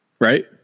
Right